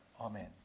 Amen